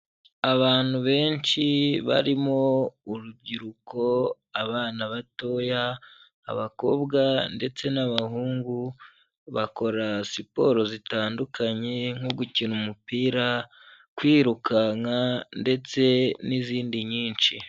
Abantu benshi barimo urubyiruko, abana batoya, abakobwa ndetse n'abahungu bakora siporo zitandukanye nko gukina umupira, kwirukanka ndetse n'izindi nyinshi.